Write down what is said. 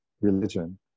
religion